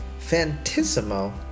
Fantissimo